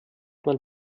man